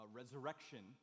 resurrection